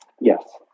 Yes